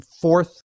fourth